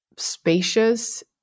spacious